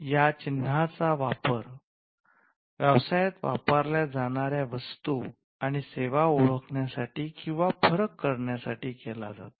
या चिन्हांचा वापर व्यवसायात वापरल्या जाणार्या वस्तू आणि सेवा ओळखण्यासाठी किंवा फरक करण्या साठी केला जातो